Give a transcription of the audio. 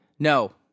No